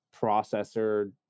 processor